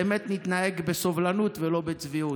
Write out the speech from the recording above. באמת נתנהג בסובלנות ולא בצביעות.